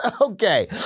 Okay